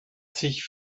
sich